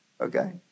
okay